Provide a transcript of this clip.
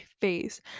face